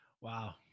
Wow